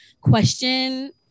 question